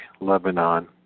Lebanon